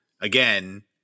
again